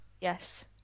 Yes